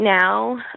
now